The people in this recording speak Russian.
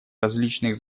различных